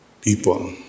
people